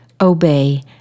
obey